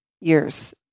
years